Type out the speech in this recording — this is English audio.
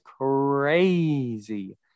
crazy